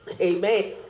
Amen